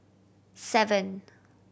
seven